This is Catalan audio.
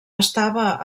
estava